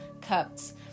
cups